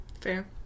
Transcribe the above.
Fair